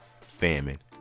famine